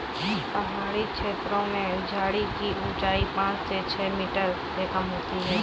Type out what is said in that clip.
पहाड़ी छेत्रों में झाड़ी की ऊंचाई पांच से छ मीटर से कम होती है